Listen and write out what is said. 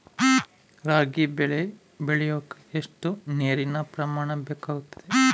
ರಾಗಿ ಬೆಳೆ ಬೆಳೆಯೋಕೆ ಎಷ್ಟು ನೇರಿನ ಪ್ರಮಾಣ ಬೇಕಾಗುತ್ತದೆ?